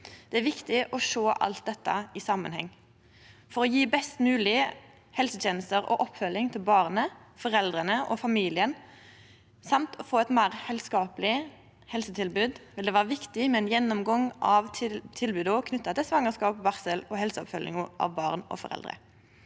Det er viktig å sjå alt dette i samanheng. For å gje best moglege helsetenester og oppfølging til barnet, foreldra og familien samt å få eit meir heilskapleg helsetilbod vil det vere viktig med ein gjennomgang av tilboda knytte til svangerskap, barsel og helseoppfølging av barn og foreldre.